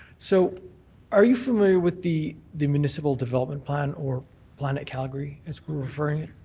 so are you familiar with the the municipal development plan or plan it calgary as we're referring it?